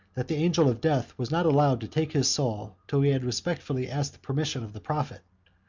that the angel of death was not allowed to take his soul till he had respectfully asked the permission of the prophet.